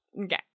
Okay